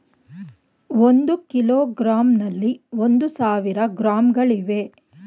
ಒಂದು ಕಿಲೋಗ್ರಾಂನಲ್ಲಿ ಒಂದು ಸಾವಿರ ಗ್ರಾಂಗಳಿವೆ